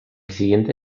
siguiente